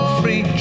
free